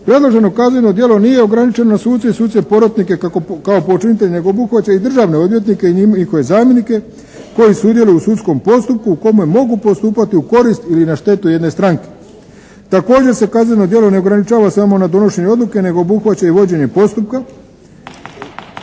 Predloženo kazneno djelo nije ograničeno na suce i suce porotnike kao počinitelje nego obuhvaća i državne odvjetnike i njihove zamjenike koji sudjeluju u sudskom postupku u kome mogu postupati u korist ili na štetu jedne stranke. Također se kazneno djelo ne ograničava samo na donošenje odluke nego obuhvaća i vođenje postupka